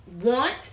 want